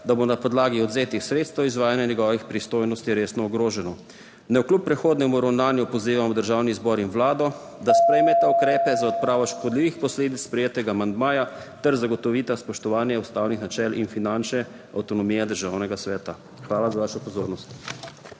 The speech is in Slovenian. da bo na podlagi odvzetih sredstev izvajanje njegovih pristojnosti resno ogroženo. Navkljub prehodnemu ravnanju pozivamo Državni zbor in Vlado, da sprejmeta ukrepe za odpravo škodljivih posledic sprejetega amandmaja ter zagotovita spoštovanje ustavnih načel in finančne avtonomije Državnega sveta. Hvala za vašo pozornost.